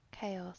chaos